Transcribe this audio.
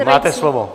Máte slovo.